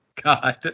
God